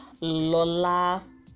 lola